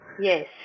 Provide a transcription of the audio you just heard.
Yes